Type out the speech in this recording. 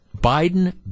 Biden